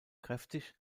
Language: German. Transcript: kräftig